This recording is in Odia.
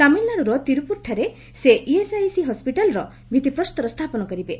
ତାମିଲନାଡୁର ତିରୁପୁରଠାରେ ସେ ଇଏସ୍ଆଇସି ହସ୍କିଟାଲର ଭିଭିପ୍ରସ୍ତର ସ୍ଥାପନ କରିବେ